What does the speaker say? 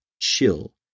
chill